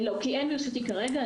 לא, כי אין ברשותי כרגע.